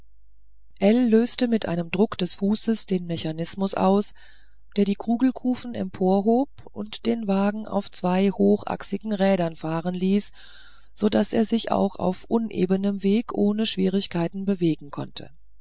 löste mit einem druck des fußes den mechanismus aus der die kugelkufen emporhob und den wagen auf zwei hochachsigen rädern laufen ließ so daß er sich auch auf unebenem weg ohne schwierigkeit bewegen konnte